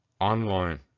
online